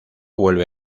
vuelve